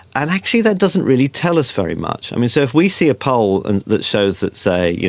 and actually that doesn't really tell us very much. so if we see a poll and that shows that, say, yeah